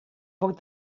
poc